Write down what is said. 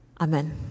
Amen